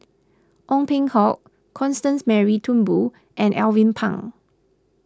Ong Peng Hock Constance Mary Turnbull and Alvin Pang